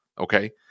Okay